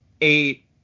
eight